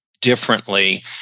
differently